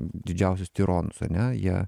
didžiausius tironus ane jie